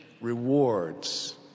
rewards